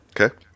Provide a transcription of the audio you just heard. Okay